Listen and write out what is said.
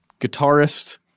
guitarist